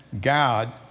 God